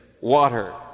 water